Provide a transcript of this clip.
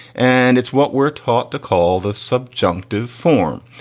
and it's what we're taught to call the subjunctive form.